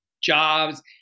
jobs